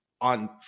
on